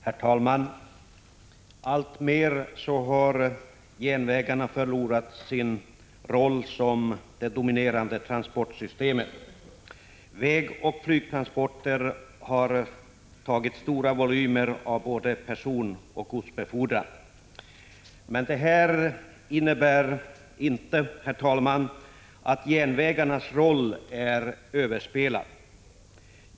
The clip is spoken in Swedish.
Herr talman! Alltmer har järnvägarna förlorat sin roll som det dominerande transportsystemet. Vägoch flygtransporter har tagit stora volymer av både personoch godsbefordran. Detta innebär dock inte att järnvägarnas roll är överspelad.